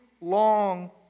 long